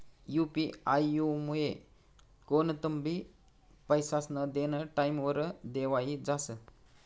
UP आयमुये कोणतंबी पैसास्नं देनं टाईमवर देवाई जास